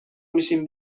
میشیم